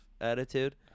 attitude